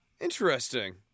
interesting